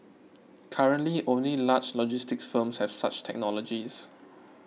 currently only large logistics firms have such technologies